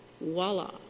voila